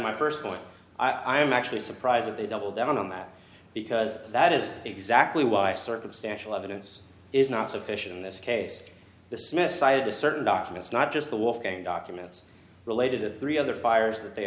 my first point i am actually surprised that they doubled down on that because that is exactly why circumstantial evidence is not sufficient in this case dismissed cited the certain documents not just the wolfgang documents related to three other fires that they